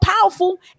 powerful